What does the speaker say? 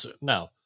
No